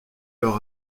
leur